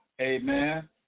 amen